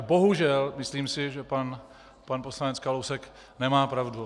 Bohužel si myslím, že pan poslanec Kalousek nemá pravdu.